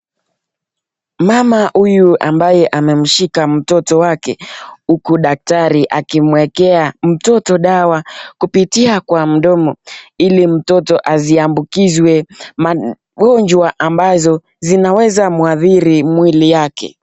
Mama huyu ambaye amemshika mtoto wake huku daktari akimwekea mtoto dawa kupitia kwa mdomo ili mtoto asiambukizwe magonjwa ambazo zinaweza mwadhiri mwili wake.